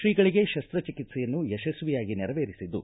ಶ್ರೀಗಳಿಗೆ ಶಸ್ತ ಚಿಕಿತ್ಸೆಯನ್ನು ಯಶಸ್ವಿಯಾಗಿ ನೆರವೇರಿಸಿದ್ದು